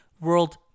world